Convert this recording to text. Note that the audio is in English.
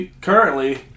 currently